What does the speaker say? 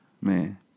Man